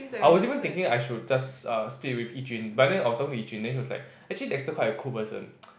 I was even thinking I should just uh split with Yi-Jun but then I was talking to Yi-Jun and she was like actually Dexter quite a cool person